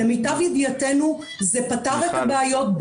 למיטב ידיעתנו, זה פתר את הבעיות.